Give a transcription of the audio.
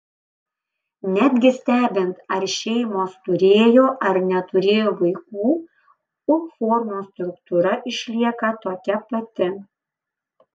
netgi stebint ar šeimos turėjo ar neturėjo vaikų u formos struktūra išlieka tokia pati